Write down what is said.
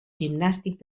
gimnàstic